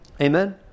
Amen